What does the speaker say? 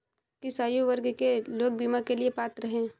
किस आयु वर्ग के लोग बीमा के लिए पात्र हैं?